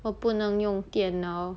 我不能用电脑